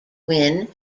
win